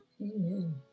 Amen